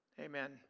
amen